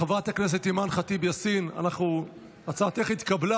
חברת הכנסת אימאן ח'טיב יאסין, הצעתך התקבלה.